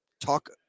talk